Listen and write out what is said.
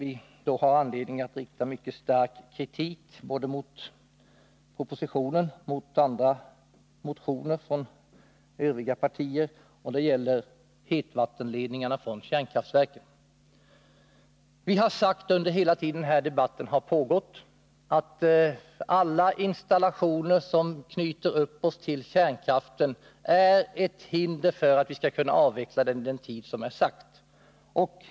Vi har anledning att rikta mycket stark kritik både mot propositionen och mot motioner från övriga partier när det gäller hetvattenledningarna från kraftverken. Under hela den tid debatten om dem pågått har vi sagt att alla installationer som knyter upp oss till kärnkraften är ett hinder för att avveckla kärnkraften inom den tid som det är sagt.